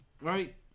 Right